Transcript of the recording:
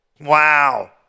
Wow